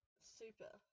Super